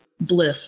bliss